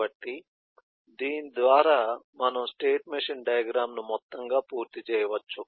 కాబట్టి దీని ద్వారా మనం స్టేట్ మెషిన్ డయాగ్రమ్ ను మొత్తంగా పూర్తి చేయవచ్చు